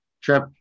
trip